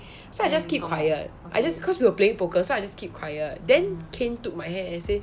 so I just keep quiet I just cause we were playing poker so I just keep quiet then kain took my hand and say